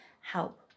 help